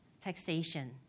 taxation